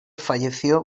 falleció